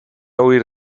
huir